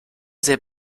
sehr